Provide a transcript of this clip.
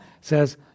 says